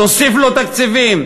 תוסיף לו תקציבים,